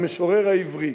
המשורר העברי: